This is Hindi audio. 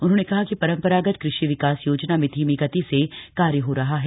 उन्होंने कहा कि परंपरागत कृषि विकास योजना में धीमी गति से कार्य हो रहा है